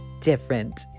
different